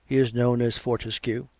he is known as fortescue,